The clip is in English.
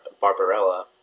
Barbarella